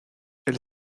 elle